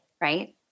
right